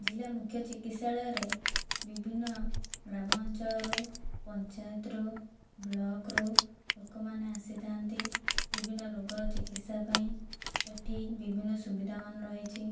ଜିଲ୍ଲା ମୁଖ୍ୟ ଚିକିତ୍ସାଳୟରେ ବିଭିନ୍ନ ଗ୍ରାମ ଅଞ୍ଚଳରୁ ପଞ୍ଚାୟତରୁ ବ୍ଲକରୁ ଲୋକମାନେ ଆସିଥାନ୍ତି ବିଭିନ୍ନ ରୋଗର ଚିକିତ୍ସା ପାଇଁ ଏଠି ବିଭିନ୍ନ ସୁବିଧାମାନ ରହିଛି